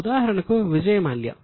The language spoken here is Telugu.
ఉదాహరణకు విజయ్ మాల్యా